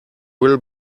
will